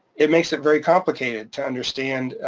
it makes it very complicated to understand.